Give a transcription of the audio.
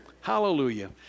Hallelujah